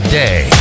day